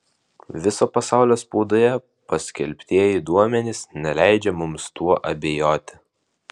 viso pasaulio spaudoje paskelbtieji duomenys neleidžia mums tuo abejoti